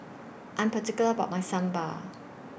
I Am particular about My Sambar